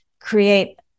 create